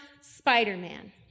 Spider-Man